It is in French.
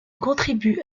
contribue